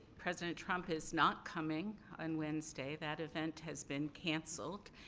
president trump is not coming on wednesday. that event has been cancelled.